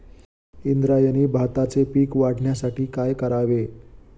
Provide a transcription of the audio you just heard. इंद्रायणी भाताचे पीक वाढण्यासाठी काय करावे?